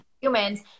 humans